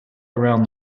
around